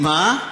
מה?